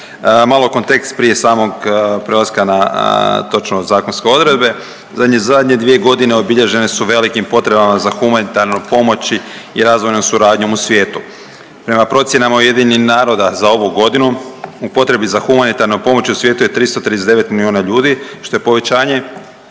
Malo kontekst prije samog prelaska na točne zakonske odredbe. Zadnje dvije godine obilježene su velikim potrebama za humanitarnom pomoći i razvojnom suradnjom u svijetu. Prema procjenama UN-a za ovu godinu u potrebi za humanitarnom pomoći u svijetu je 339 milijuna ljudi što je povećanje